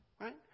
Right